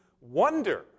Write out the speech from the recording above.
wonder